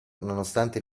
nonostante